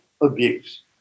abuse